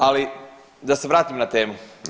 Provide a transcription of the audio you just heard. Ali da se vratim na temu.